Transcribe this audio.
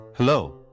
Hello